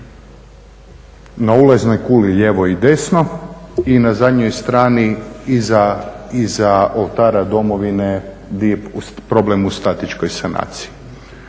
na ulaznoj kuli lijevo i desno i na zadnjoj strani iza Oltara domovine gdje je problem u statičkoj sanaciji.